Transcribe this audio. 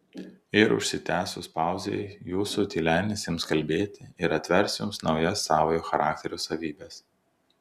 ir užsitęsus pauzei jūsų tylenis ims kalbėti ir atvers jums naujas savojo charakterio savybes